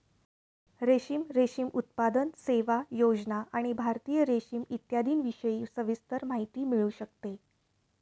रेशीम, रेशीम उत्पादन, सेवा, योजना आणि भारतीय रेशीम इत्यादींविषयी सविस्तर माहिती मिळू शकते